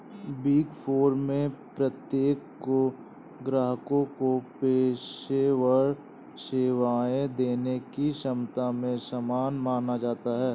big four में प्रत्येक को ग्राहकों को पेशेवर सेवाएं देने की क्षमता में समान माना जाता है